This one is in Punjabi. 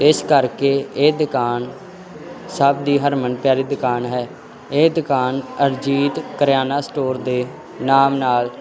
ਇਸ ਕਰਕੇ ਇਹ ਦੁਕਾਨ ਸਭ ਦੀ ਹਰਮਨ ਪਿਆਰੀ ਦੁਕਾਨ ਹੈ ਇਹ ਦੁਕਾਨ ਅਰਜੀਤ ਕਰਿਆਨਾ ਸਟੋਰ ਦੇ ਨਾਮ ਨਾਲ